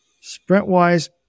Sprint-wise